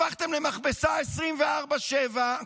הפכתם למכבסה 24/7,